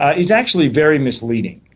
ah is actually very misleading.